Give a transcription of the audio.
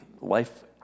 life